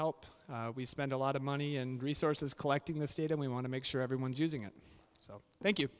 help we spend a lot of money and resources collecting this data we want to make sure everyone's using it so thank you